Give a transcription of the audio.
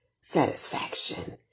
satisfaction